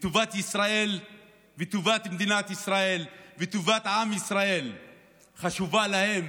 בטובת מדינת ישראל, וטובת עם ישראל חשובה להם